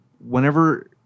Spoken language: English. Whenever